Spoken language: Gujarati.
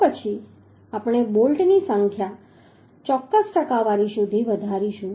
તો પછી આપણે બોલ્ટની સંખ્યા ચોક્કસ ટકાવારી સુધી વધારીશું